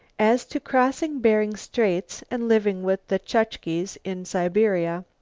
as to crossing bering straits and living with the chukches in siberia.